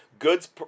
Goods